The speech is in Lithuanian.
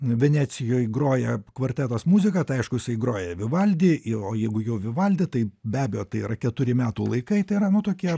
venecijoj groja kvartetas muziką tai aišku jisai groja vivaldį o jeigu jau vivaldį tai be abejo tai yra keturi metų laikai tai yra nu tokie